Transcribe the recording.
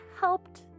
helped